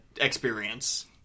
experience